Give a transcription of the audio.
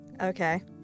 okay